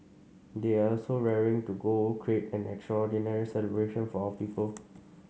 they are also raring to go create an extraordinary celebration for our people